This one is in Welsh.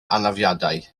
anafiadau